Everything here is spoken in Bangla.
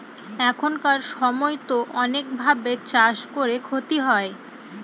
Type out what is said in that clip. এখানকার সময়তো অনেক ভাবে চাষ করে ক্ষতি হয়